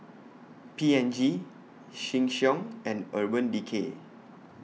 P and G Sheng Siong and Urban Decay